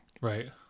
Right